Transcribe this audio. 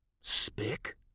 Spick